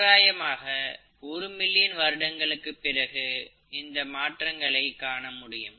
தோராயமாக ஒரு மில்லியன் வருடங்களுக்கு பிறகு இந்த மாற்றங்களை காண முடியும்